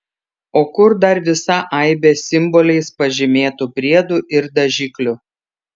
o kur dar visa aibė simboliais pažymėtų priedų ir dažiklių